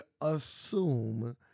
assume